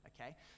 okay